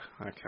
okay